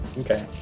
Okay